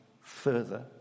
further